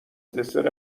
دسر